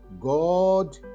God